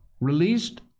released